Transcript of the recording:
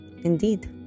Indeed